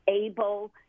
able